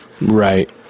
Right